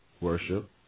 worship